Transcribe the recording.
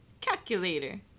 Calculator